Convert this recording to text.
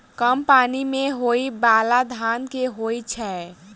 कम पानि मे होइ बाला धान केँ होइ छैय?